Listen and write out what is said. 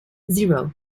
zero